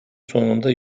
sonunda